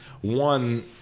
one